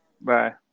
Bye